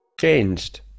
Changed